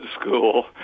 school